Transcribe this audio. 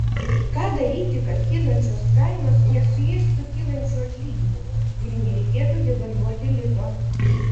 ką daryti kad kylančios kainos nesuėstų kylančių atlyginimų ir nereikėtų devalvuoti lito